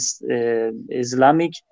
Islamic